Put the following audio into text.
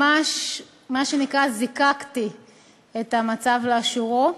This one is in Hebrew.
ממש מה שנקרא, זיקקתי את המצב לאשורו,